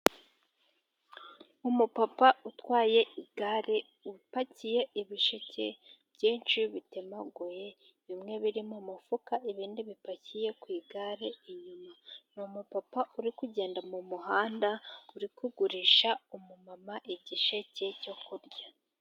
Umupapa utwaye igare upakiye ibisheke byinshi bitemaguye, bimwe biri mu mufuka, ibindi bipakiye ku igare inyuma. Ni numupapa uri kugenda mu muhanda, uri kugurisha umumama igisheke cyo kurya.